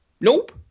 Nope